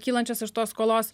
kylančias iš tos skolos